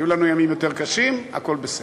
היו לנו ימים יותר קשים, הכול בסדר.